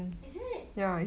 is it